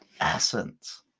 essence